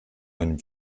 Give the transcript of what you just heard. einem